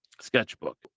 Sketchbook